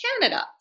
Canada